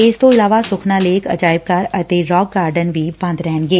ਇਸ ਤੋਂ ਇਲਾਵਾ ਸੁਖਨਾ ਲੇਕ ਅਜਾਇਬ ਘਰ ਅਤੇ ਰੋਕ ਗਾਰਡਨ ਬੰਦ ਰਹਿਣਗੇ